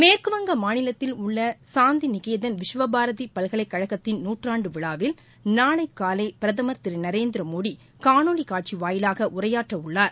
மேற்குவங்க மாநிலத்தில் உள்ள சாந்தி நிகேதன் விஸ்வபாரதி பல்கலைக்கழகத்தின் நூற்றாண்டு விழாவில் நாளை காலை பிரதமர் திரு நரேந்திரமோடி காணொலி காட்சி வாயிலாக உரையாற்ற உள்ளார்